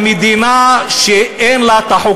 אולי אוי ואבוי למדינה שאין לה החוקים